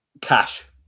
cash